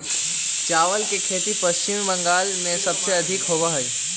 चावल के खेती पश्चिम बंगाल में सबसे अधिक होबा हई